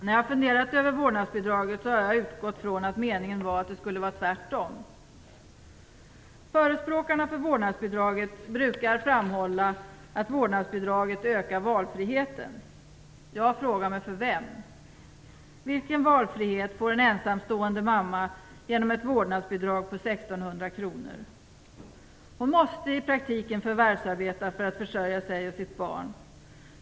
När jag har funderat över vårdnadsbidraget har jag utgått från att meningen var att det skulle vara tvärtom. Förespråkarna för vårdnadsbidraget brukar framhålla att vårdnadsbidraget ökar valfriheten. Jag frågar mig: För vem? Vilken valfrihet får en ensamstående mamma genom ett vårdnadsbidrag på 1 600 kr? Hon måste i praktiken förvärvsarbeta för att försörja sig och sitt barn.